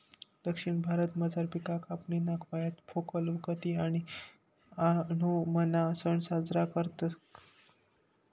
दक्षिण भारतामझार पिक कापणीना वखत पोंगल, उगादि आणि आओणमना सण साजरा करतस